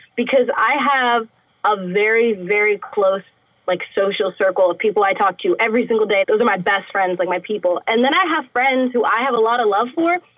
i have a very, very close like social circle of people i talk to every single day. those are my best friends, like my people. and then i have friends who i have a lot of love for,